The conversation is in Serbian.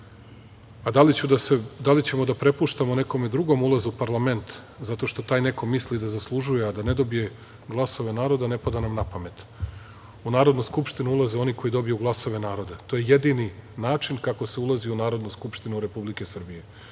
A da li ćemo da prepuštamo nekom drugom ulaz u parlament zato što taj neko misli da zaslužuje a da ne dobije glasove naroda, ne pada nam napamet. U Narodnu skupštinu ulaze oni koji dobiju glasove naroda. To je jedini način kako se ulazi u Narodnu skupštinu Republike Srbije.